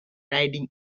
riding